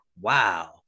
wow